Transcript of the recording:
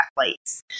athletes